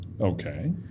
Okay